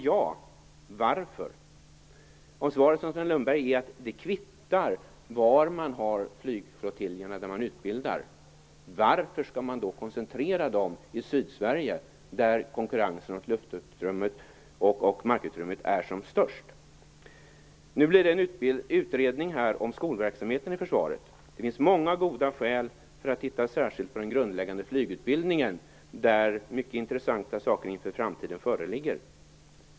Lundberg är att det kvittar var man har flygflottiljerna där man utbildar, varför skall man då koncentrera dem i Sydsverige, där konkurrensen om luft och markutrymmet är som störst? Nu blir det en utredning om skolverksamheten i försvaret. Det finns många goda skäl att titta särskilt på den grundläggande flygutbildningen. Där finns det mycket intressant inför framtiden.